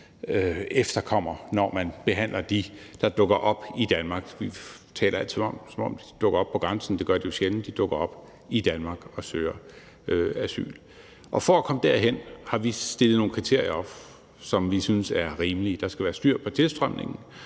efterkommer, når man behandler dem, der dukker op i Danmark. Vi taler altid om det, som om de dukker op på grænsen, men det gør de jo sjældent; de dukker op i Danmark og søger asyl. Og for at komme derhen har vi stillet nogle kriterier op, som vi synes er rimelige: Der skal være styr på tilstrømningen,